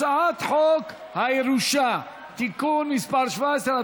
הצעת חוק הירושה (תיקון מס' 17),